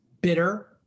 bitter